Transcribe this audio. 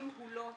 אם הוא לא הגיב,